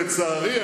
לצערי,